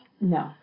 No